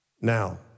Now